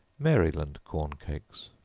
maryland corn cakes.